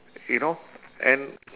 you know and